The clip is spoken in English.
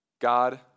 God